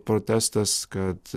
protestas kad